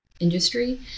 industry